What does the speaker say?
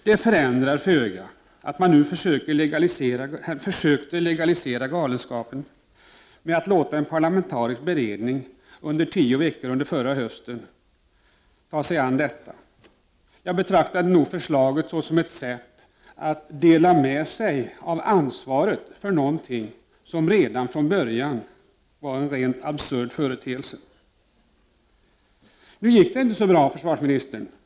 Det förändrar föga att man försökte legalisera galenskapen med att låta en parlamentarisk beredning under tio veckor förra hösten ta sig an detta. Jag betraktar förslaget som ett sätt att komma undan ansvar för någonting som redan från början var en rent absurd företeelse. Nu gick det inte så bra, försvarsministern.